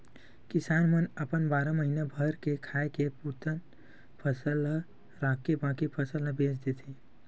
किसान मन अपन बारा महीना भर के खाए के पुरतन फसल ल राखके बाकी फसल ल बेच देथे